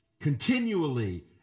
Continually